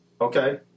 Okay